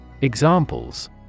examples